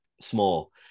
small